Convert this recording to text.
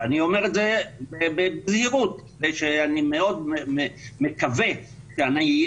ואני אומר את זה בזהירות מפני שאני מאוד מקווה שהם